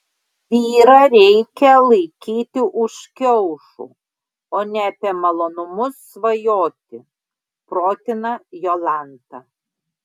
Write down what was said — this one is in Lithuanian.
vyrą reikia laikyti už kiaušų o ne apie malonumus svajoti protina jolanta